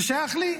זה שייך לי.